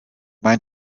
mein